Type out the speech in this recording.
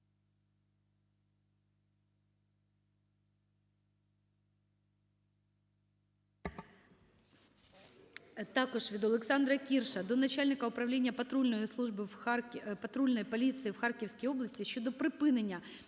Також від Олександра Кірша до начальника Управління патрульної поліції в Харківській області щодо припинення